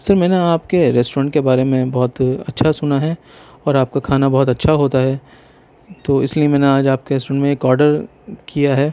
سر میں نے آپ کے ریسٹورینٹ کے بارے میں بہت اچھا سنا ہے اور آپ کا کھانا بہت اچھا ہوتا ہے تو اس لئے میں نے آج آپ کے ریسٹورینٹ میں ایک آرڈر کیا ہے